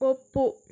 ಒಪ್ಪು